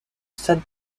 stade